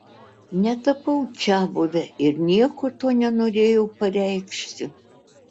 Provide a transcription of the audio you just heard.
netapau čiabuve ir nieko tuo nenorėjau pareikšti